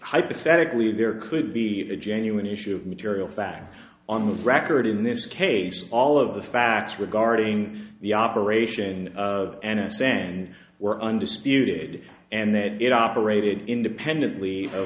hypothetically there could be a genuine issue of material facts on the record in this case all of the facts regarding the operation of n s a and we're undisputed and they had it operated independently